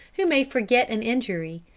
who may forget an injury,